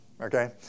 Okay